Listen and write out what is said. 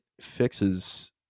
fixes